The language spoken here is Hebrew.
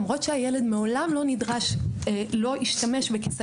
למרות שהילד מעולם לא נדרש ולא השתמש בכיסא